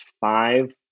five